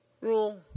Rule